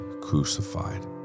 crucified